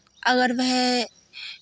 अगर वह